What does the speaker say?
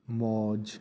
ਮੌਜ